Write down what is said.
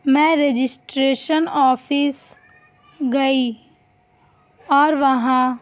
میں registration office گئی اور وہاں